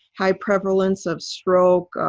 high prevalence of stroke,